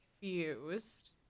confused